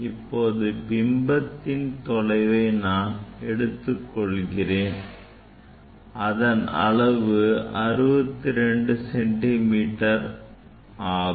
இப்போது பிம்பத்தின் தொலைவை நான் குறித்துக் கொள்கிறேன் அதன் அளவு 62 சென்டி மீட்டர் ஆகும்